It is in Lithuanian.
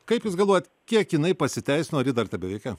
kaip jūs galvojat kiek jinai pasiteisino ar ji dar tebeveikia